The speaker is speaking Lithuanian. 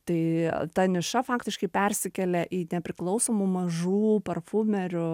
tai ta niša faktiškai persikėlė į nepriklausomų mažų parfumerių